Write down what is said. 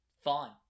fun